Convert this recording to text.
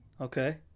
okay